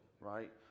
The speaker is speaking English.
right